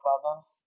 problems